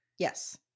Yes